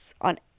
on